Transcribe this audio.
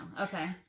Okay